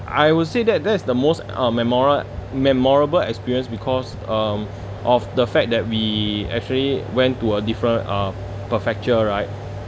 I would say that that is the most uh memora~ memorable experience because um of the fact that we actually went to a different uh prefecture right